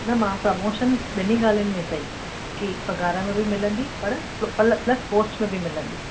न मां प्रमोशन ॿिन्हिनि ॻाल्हियुनि में चई कि पघार में बि मिलंदी पर पल प्लस पोस्ट में बि मिलंदी